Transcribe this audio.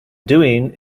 doing